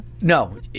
no